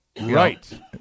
Right